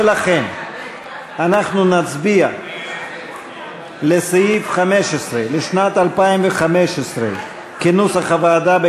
ולכן אנחנו נצביע על סעיף 15 לשנת 2015 כנוסח הוועדה,